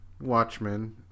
Watchmen